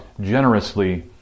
generously